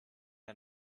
had